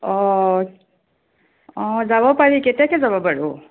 অঁ অঁ যাব পাৰি কেতিয়াকৈ যাবা বাৰু